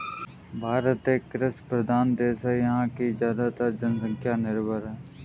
भारत एक कृषि प्रधान देश है यहाँ की ज़्यादातर जनसंख्या निर्भर है